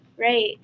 Right